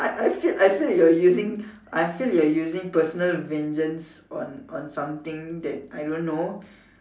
I I feel I feel you're using I feel you're using personal vengeance on on something that I don't know